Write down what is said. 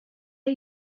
are